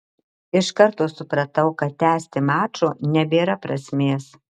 iš karto supratau kad tęsti mačo nebėra prasmės